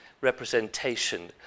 representation